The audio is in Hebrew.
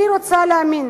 אני רוצה להאמין